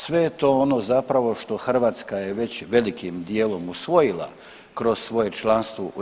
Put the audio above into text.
Sve je to ono zapravo što Hrvatska je već velikim dijelom usvojila kroz svoje članstvo u EU.